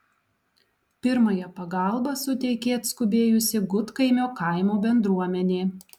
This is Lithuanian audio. pirmąją pagalbą suteikė atskubėjusi gudkaimio kaimo bendruomenė